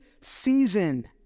season